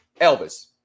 elvis